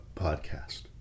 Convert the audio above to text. podcast